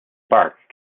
spark